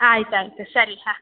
ಆಯ್ತು ಆಯಿತು ಸರಿ ಹಾಂ